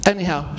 Anyhow